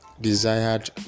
desired